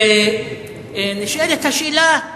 ונשאלת השאלה: